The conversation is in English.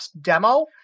demo